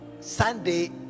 Sunday